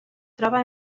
troba